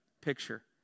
picture